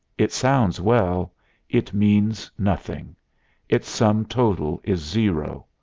it sounds well it means nothing its sum total is zero.